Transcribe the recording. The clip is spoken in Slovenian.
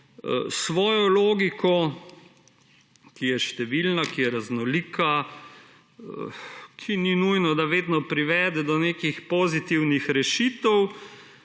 svojo logiko, ki je številna, ki je raznolika, ki ni nujno, da vedno privede do nekih pozitivnih rešitev,